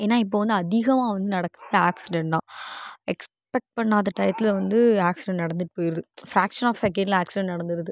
ஏன்னால் இப்போது வந்து அதிகோம் வந்து நடக்கிறது ஆக்சிடென்ட் தான் எக்ஸ்ப்பக்ட் பண்ணாத டயத்தில் வந்து ஆக்சிடென்ட் நடந்துட்டு போயிடுது ஃப்ராக்ஷன் ஆஃப் செகெண்டில் ஆக்சிடென்ட் நடந்துடுது